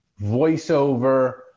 voiceover